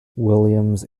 williams